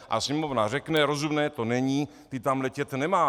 A Sněmovna řekne: rozumné to není, ty tam letět nemáš.